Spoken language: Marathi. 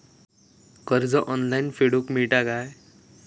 कर्ज ऑनलाइन फेडूक मेलता काय?